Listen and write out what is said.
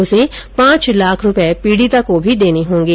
उसे पांच लाख रूपये पीडिता को भी देने होंगे